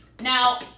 Now